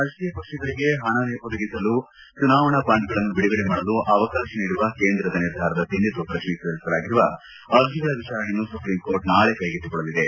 ರಾಜಕೀಯ ಪಕ್ಷಗಳಿಗೆ ಪಣ ಒದಗಿಸಲು ಚುನಾವಣಾ ಬಾಂಡ್ಗಳನ್ನು ಬಿಡುಗಡೆ ಮಾಡಲು ಅವಕಾಶ ನೀಡುವ ಕೇಂದ್ರದ ನಿರ್ಧಾರದ ಸಿಂಧುತ್ವ ಪ್ರಶ್ನಿಸಿ ಸಲ್ಲಿಸಿರುವ ಅರ್ಜಿಗಳ ವಿಚಾರಣೆಯನ್ನು ಸುಪ್ರೀಂಕೋರ್ಟ್ ನಾಳೆ ಕೈಗೆತ್ತಿಕೊಳ್ಳಲಿದೆ